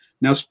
Now